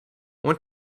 one